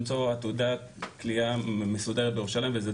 אין